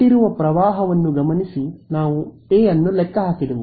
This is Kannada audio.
ಕೊಟ್ಟಿರುವ ಪ್ರವಾಹವನ್ನು ಗಮನಿಸಿ ನಾವು ಎ ಅನ್ನು ಲೆಕ್ಕ ಹಾಕಿದೆವು